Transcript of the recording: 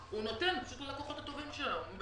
הוא נותן, פשוט ללקוחות הטובים שלו.